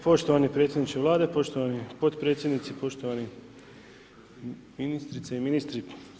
Poštovani predsjedniče Vlade, poštovani potpredsjednici, poštovani ministrice i ministri.